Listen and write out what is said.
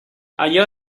allò